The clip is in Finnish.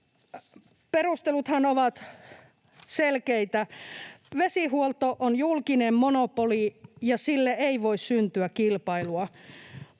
Perusteluthan ovat selkeitä. Vesihuolto on julkinen monopoli, ja sille ei voi syntyä kilpailua.